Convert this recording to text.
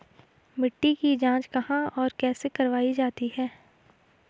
मिट्टी की जाँच कहाँ और कैसे करवायी जाती है?